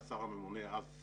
השר הממונה אז,